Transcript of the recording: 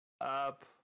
up